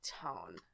tone